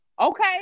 Okay